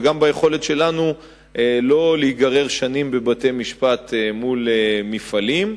וגם ביכולת שלנו לא להיגרר שנים בבתי-משפט מול מפעלים,